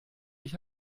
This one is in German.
mich